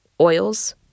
Oils